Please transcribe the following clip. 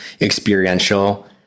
experiential